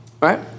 right